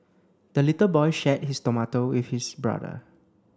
the little boy shared his tomato with his brother